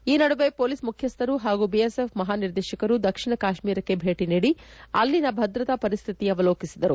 ಈ ನಡುವೆ ಮೊಲೀಸ್ ಮುಖ್ಯಸ್ವರು ಹಾಗೂ ಬಿಎಸ್ಎಫ್ ಮಹಾನಿರ್ದೇಶಕರು ದಕ್ಷಿಣ ಕಾಶ್ಮೀರಕ್ಕೆ ಭೇಟ ನೀಡಿ ಅಲ್ಲಿನ ಭದ್ರತಾ ಪರಿಸ್ತಿತಿಯನ್ನು ಅವಲೋಕಿಸಿದರು